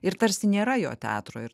ir tarsi nėra jo teatro ir